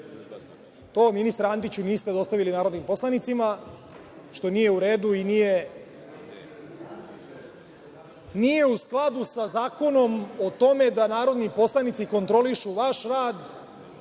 ministre Antiću, niste dostavili narodnim poslanicima, što nije u redu i nije u skladu sa zakonom o tome da narodni poslanici kontrolišu vaš rad,